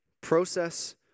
Process